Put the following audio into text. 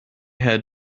had